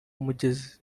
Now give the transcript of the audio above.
mugezi